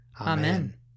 Amen